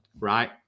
Right